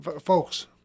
folks